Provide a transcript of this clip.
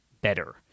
better